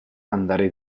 andar